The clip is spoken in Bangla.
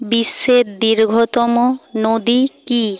বিশ্বের দীর্ঘতম নদী কী